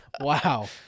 Wow